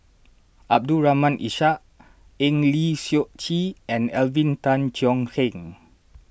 Abdul Rahim Ishak Eng Lee Seok Chee and Alvin Tan Cheong Kheng